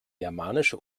germanische